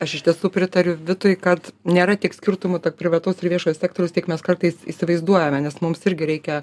aš iš tiesų pritariu vitui kad nėra tiek skirtumų tarp privataus ir viešojo sektoriaus tiek mes kartais įsivaizduojame nes mums irgi reikia